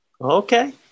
Okay